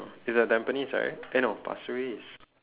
it's at tampines right eh no pasir-ris